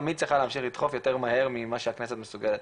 תמיד צריכה לאפשר לדחוף יותר מהר ממה שהכנסת מסוגלת,